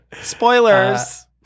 Spoilers